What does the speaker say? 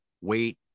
Wait